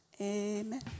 Amen